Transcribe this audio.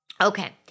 Okay